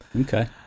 Okay